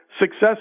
success